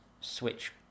Switch